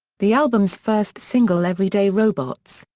the album's first single everyday robots,